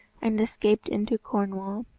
and escaped into cornwall,